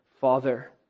father